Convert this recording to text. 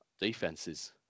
defenses